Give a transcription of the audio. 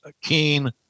keen